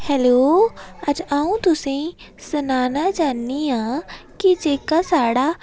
hello अज्ज अं'ऊ तुसेंईं सनाना चाह्न्नी आं की जेह्का साढ़ा